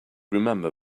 remember